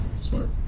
smart